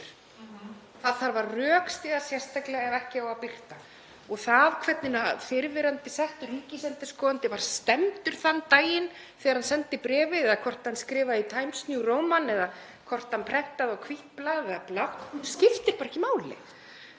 Það þarf að rökstyðja sérstaklega ef ekki á að birta. Það hvernig fyrrverandi settur ríkisendurskoðandi var stemmdur þann daginn þegar hann sendi bréfið eða hvort hann skrifaði í Times New Roman eða hvort hann prentaði á hvítt blað eða blátt skiptir bara ekki máli.